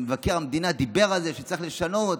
מבקר המדינה דיבר על זה שצריך לשנות.